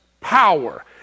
power